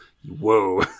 whoa